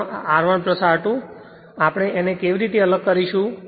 પરંતુ આપણે આ કેવી રીતે અલગ કરીશું